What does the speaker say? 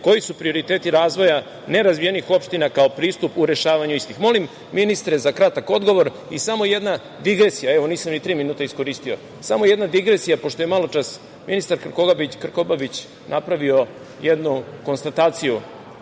koji su prioriteti razvoja nerazvijenih opština kao pristup u rešavanju istih? Molim ministre za kratak odgovor. Samo jedna digresija. Evo, nisam ni tri minuta iskoristio. Samo jedna digresija, pošto je maločas ministar Krkobabić napravio jednu konstataciju. Gospodine